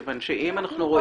כיוון שאם אנחנו רואים -- לא,